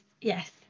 yes